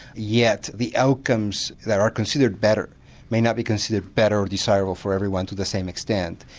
yet the outcomes that are considered better may not be considered better or desirable for everyone to the same extent.